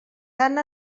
tant